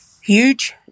Huge